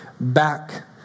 back